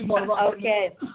Okay